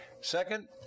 Second